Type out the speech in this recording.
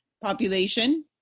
population